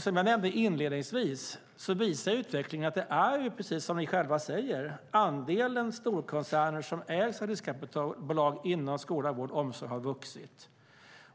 Som jag nämnde inledningsvis visar utvecklingen att det är som ni säger: Andelen storkoncerner inom skola, vård och omsorg som ägs av riskkapitalbolag har vuxit.